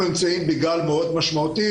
אנחנו נמצאים בגל מאוד משמעותי,